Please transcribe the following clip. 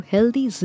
Healthy